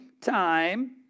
time